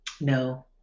No